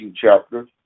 chapter